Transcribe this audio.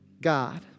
God